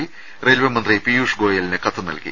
P railway മന്ത്രി പീയുഷ് ഗോയലിന് കത്തു നൽകി